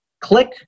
click